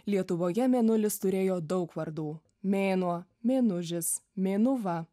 lietuvoje mėnulis turėjo daug vardų mėnuo mėnužis mėnuva